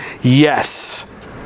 yes